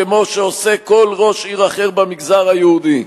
כמו שעושה כל ראש עיר אחר במגזר היהודי.